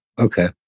Okay